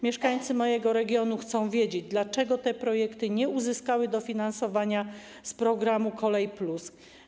Mieszkańcy mojego regionu chcą wiedzieć, dlaczego te projekty nie uzyskały dofinansowania z programu Kolej+.